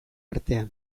artea